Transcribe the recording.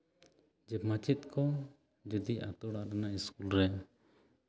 ᱡᱮ ᱢᱟᱪᱮᱛ ᱠᱚ ᱡᱩᱫᱤ ᱟᱹᱛᱩ ᱚᱲᱟᱜ ᱨᱮᱱᱟᱜ ᱤᱥᱠᱩᱞ ᱨᱮ